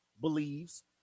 believes